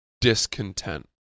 discontent